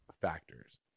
factors